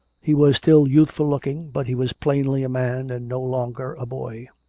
he was still youth ful-looking, but he was plainly a man and no longer a boy.